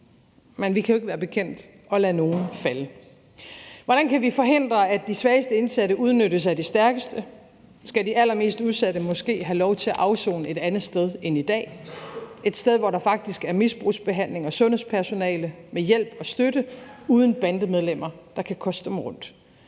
Men vi kan jo ikke være bekendt at lade nogen falde. Hvordan kan vi forhindre, at de svageste indsatte udnyttes af de stærkeste? Skal de allermest udsatte måske have lov til at afsone et andet sted end i dag, et sted, hvor der faktisk er misbrugsbehandling og sundhedspersonale med hjælp og støtte og uden bandemedlemmer, der kan koste dem rundt?